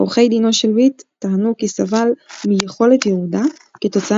עורכי דינו של וויט טענו כי סבל מ"יכולת ירודה" כתוצאה